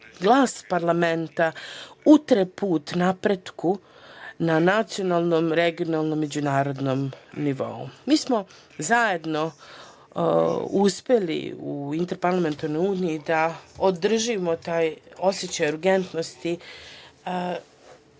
glas parlamenta utre put napretku na nacionalnom regionalnom međunarodnom nivou. Mi smo zajedno uspeli u Interparlamentarnoj uniji da održimo taj osećaj urgentnosti